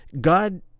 God